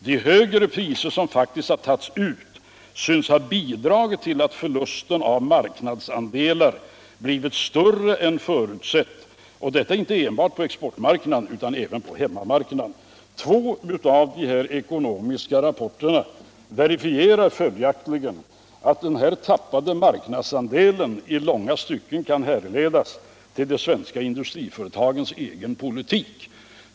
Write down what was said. De högre priser som faktiskt tagits ut synes ha bidragit till att förlusten av marknadsandelar blivit större än förutsett och detta inte enbart på exportmarknaden utan även på hemmamarknaden.” Två av de ekonomiska rapporterna verifierar följaktligen att den här tappade marknadsandelen i långa stycken kan härledas till de svenska industriföretagens egen politik.